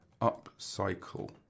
Upcycle